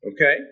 okay